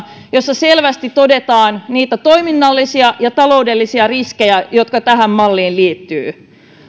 jossa selvästi todetaan niitä toiminnallisia ja taloudellisia riskejä jotka tähän malliin liittyvät